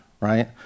right